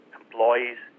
employees